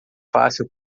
fácil